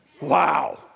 Wow